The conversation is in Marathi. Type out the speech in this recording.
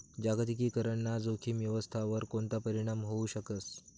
जागतिकीकरण ना जोखीम व्यवस्थावर कोणता परीणाम व्हवू शकस